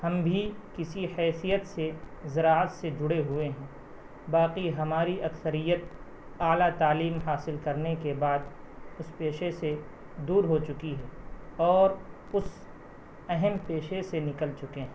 ہم بھی کسی حیثیت سے زراعت سے جڑے ہوئے ہیں باقی ہماری اکثریت اعلی تعلیم حاصل کرنے کے بعد اس پیشے سے دور ہو چکی ہے اور اس اہم پیشے سے نکل چکے ہیں